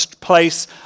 place